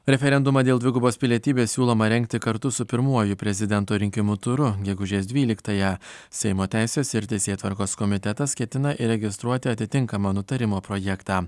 referendumą dėl dvigubos pilietybės siūloma rengti kartu su pirmuoju prezidento rinkimų turu gegužės dvyliktąją seimo teisės ir teisėtvarkos komitetas ketina įregistruoti atitinkamą nutarimo projektą